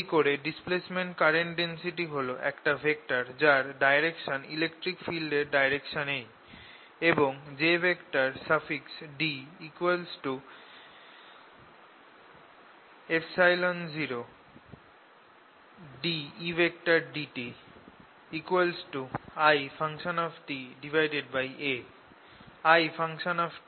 এই করে displacement current density হল একটা ভেক্টর যার ডাইরেকশন ইলেকট্রিক ফিল্ড এর ডাইরেকশনেই এবং jD 0dEdt ItA